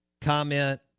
comment